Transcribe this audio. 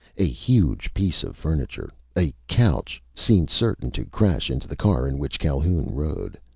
a huge piece of furniture, a couch, seemed certain to crash into the car in which calhoun rode.